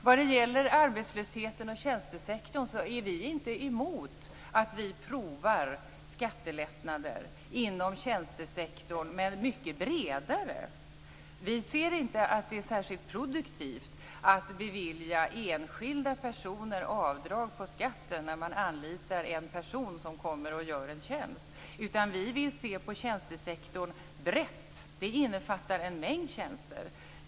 Vad gäller arbetslösheten och tjänstesektorn är vi inte emot att prova skattelättnader inom tjänstesektorn, men mycket bredare. Vi ser det inte som särskilt produktivt att bevilja enskilda personer avdrag på skatten när man anlitar en person som kommer och gör en tjänst. Vi vill titta närmare på tjänstesektorn brett. Det innefattar en mängd tjänster.